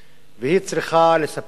והיא צריכה לספק להם שירותים.